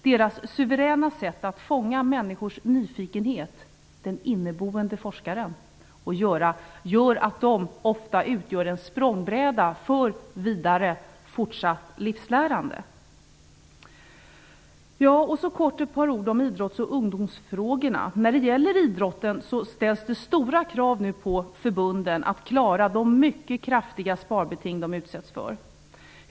Deras suveräna sätt att fånga människors nyfikenhet, den inneboende forskaren, gör att de ofta utgör en språngbräda för vidare fortsatt livslärande. Några ord om idrotts och ungdomsfrågorna. När det gäller idrotten ställs det nu stora krav på förbunden att klara de mycket kraftiga sparbeting de utsätts för.